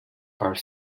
are